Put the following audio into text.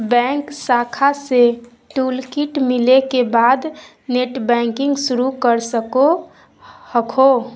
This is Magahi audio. बैंक शाखा से टूलकिट मिले के बाद नेटबैंकिंग शुरू कर सको हखो